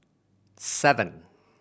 seven